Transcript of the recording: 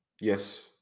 yes